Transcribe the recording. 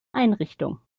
einrichtung